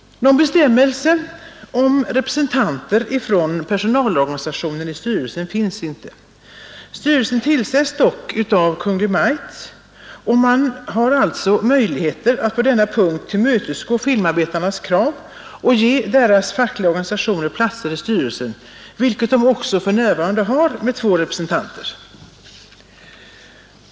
Någon bestämmelse om representanter från personalorganisationen i styrelsen finns inte. Styrelsen tillsätts dock av Kungl. Maj:t, och det finns alltså möjlighet att på denna punkt tillmötesgå filmarbetarnas krav och ge deras fackliga organisationer platser i styrelsen, där de också för närvarande har två representanter.